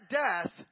death